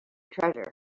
treasure